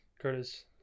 Curtis